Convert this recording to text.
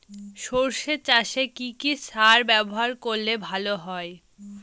সর্ষে চাসে কি কি সার ব্যবহার করলে ভালো হয়?